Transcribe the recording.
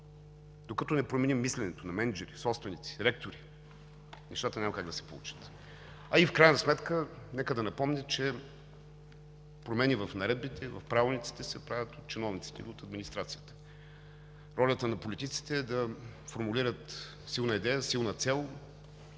Докато не променим мисленето на мениджъри, собственици, ректори, нещата няма как да се получат. В крайна сметка нека да напомня, че промени в наредбите, в правилниците се правят от чиновниците и от администрацията. Ролята на политиците е да формулират силна идея, силна цел